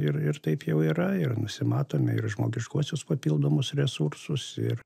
ir ir taip jau yra ir nusimatome ir žmogiškuosius papildomus resursus ir